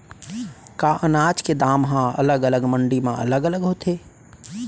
का अनाज के दाम हा अलग अलग मंडी म अलग अलग होथे?